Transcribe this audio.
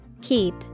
Keep